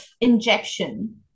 injection